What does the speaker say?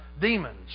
demons